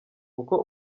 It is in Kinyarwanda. uko